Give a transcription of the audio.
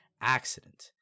accident